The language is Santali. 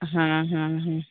ᱦᱮᱸ ᱦᱮᱸ ᱦᱮᱸ